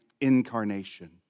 incarnation